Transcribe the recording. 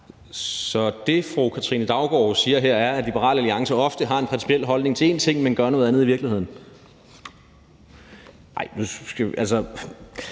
Så det, fru Katrine Daugaard siger her, er, at Liberal Alliance ofte har en principiel holdning til en ting, men gør noget andet i virkeligheden? Ej, jeg synes,